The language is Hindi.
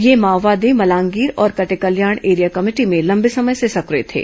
ये माओवादी मलांगीर और कटेकल्याण एरिया कमेटी में लंबे समय से सक्रिय थे